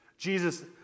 Jesus